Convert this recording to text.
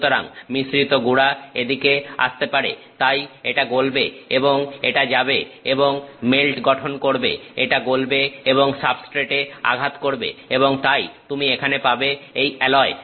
সুতরাং মিশ্রিত গুড়া এদিকে আসতে পারে তাই এটা গলবে এবং এটা যাবে এবং মেল্ট গঠন করবে এটা গলবে এবং সাবস্ট্রেটে আঘাত করবে এবং তাই তুমি এখানে পাবে এই অ্যালয়